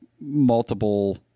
multiple